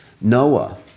Noah